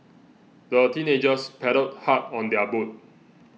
the teenagers paddled hard on their boat